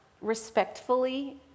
respectfully